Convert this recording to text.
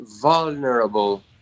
vulnerable